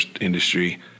industry